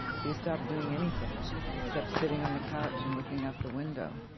he stopped doing anything except sitting on the couch and looking out the window.